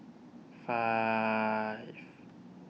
five